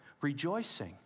Rejoicing